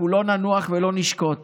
אנחנו לא ננוח ולא נשקוט